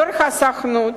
יושב-ראש הסוכנות,